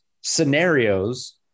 scenarios